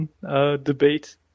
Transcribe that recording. debate